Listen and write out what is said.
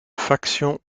factions